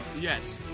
Yes